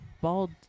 bald